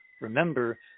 Remember